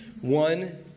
One